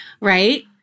Right